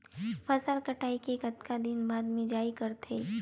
फसल कटाई के कतका दिन बाद मिजाई करथे?